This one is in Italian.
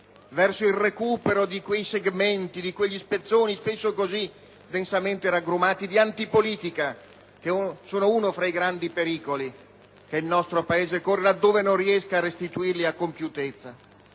verso il recupero di quei segmenti, di quegli spezzoni spesso così densamente raggrumati di antipolitica, che sono uno fra i grandi pericoli che il nostro Paese corre, laddove non riesca a restituirli a compiutezza,